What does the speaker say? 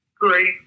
great